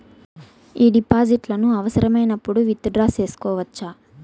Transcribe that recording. ఈ డిపాజిట్లను అవసరమైనప్పుడు విత్ డ్రా సేసుకోవచ్చా?